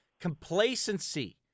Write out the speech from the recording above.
Complacency